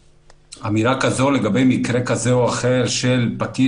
ואמירה כזאת לגבי מקרה או אחר של פקיד,